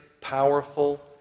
powerful